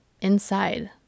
inside